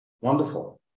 Wonderful